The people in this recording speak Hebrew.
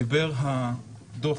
דיבר הדוח